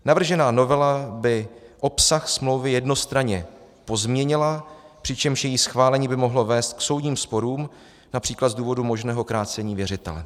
Navržená novela by obsah smlouvy jednostranně pozměnila, přičemž její schválení by mohlo vést k soudním sporům například z důvodu možného krácení věřitele.